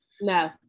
No